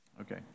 Okay